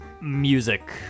Music